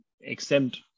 exempt